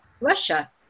Russia